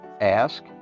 Ask